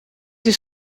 eens